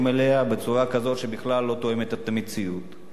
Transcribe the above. אליה בצורה כזאת שבכלל לא תואמת את המציאות.